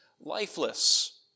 lifeless